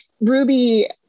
Ruby